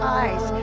eyes